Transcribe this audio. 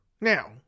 now